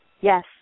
Yes